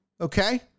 okay